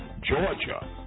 Georgia